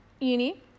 uni